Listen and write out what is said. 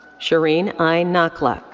shireen i. nakhleh.